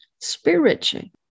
spiritually